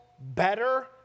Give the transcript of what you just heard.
better